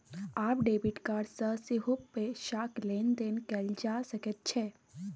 आब debit card सँ सेहो पैसाक लेन देन कैल जा सकैत छै